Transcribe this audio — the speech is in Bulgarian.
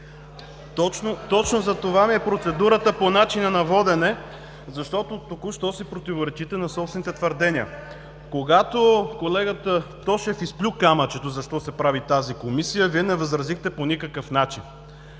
Точно за това ми е процедурата, по начина на водене, защото току-що противоречите на собствените си твърдения. Когато колегата Тошев изплю камъчете защо се прави тази комисия, Вие не възразихте по никакъв начин,